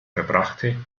verbrachte